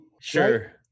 Sure